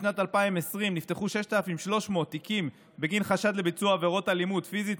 בשנת 2020 נפתחו 6,300 תיקים בגין חשד לביצוע עבירות אלימות פיזית,